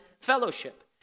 fellowship